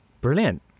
Brilliant